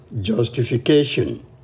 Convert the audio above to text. justification